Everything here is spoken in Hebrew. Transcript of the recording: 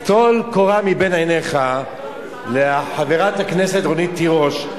אז טול קורה מבין עיניך, לחברת הכנסת רונית תירוש.